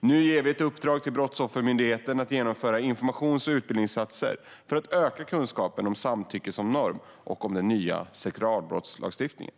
Nu ger vi ett uppdrag till Brottsoffermyndigheten att genomföra informations och utbildningsinsatser för att öka kunskapen om samtycke som norm och om den nya sexualbrottslagstiftningen.